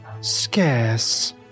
Scarce